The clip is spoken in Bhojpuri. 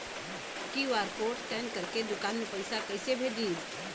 क्यू.आर कोड स्कैन करके दुकान में पैसा कइसे भेजी?